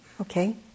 Okay